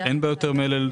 אין בה יותר מלל,